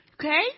Okay